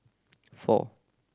four